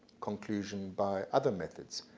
conclusion by other methods.